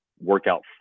workout